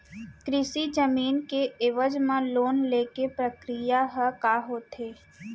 कृषि जमीन के एवज म लोन ले के प्रक्रिया ह का होथे?